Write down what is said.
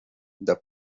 the